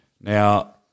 Now